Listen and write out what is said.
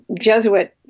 Jesuit